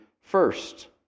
first